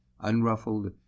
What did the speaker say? unruffled